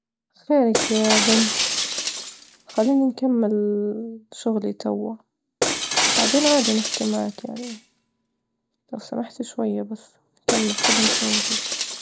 يا خوي خيرك؟ سم فيك؟ إحكي لي شو اللي صاير? كدا بعد ال- العمل كملتي تعال نهدرز، ما في حاجة تستاهل الزعل، هدرز غير جوك، على شنو يعني جالب وجهك? ما- ما تجلب وجهك أوتزعل من حاجة أو شي.